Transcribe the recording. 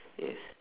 yes